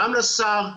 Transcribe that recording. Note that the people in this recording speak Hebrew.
גם לשר,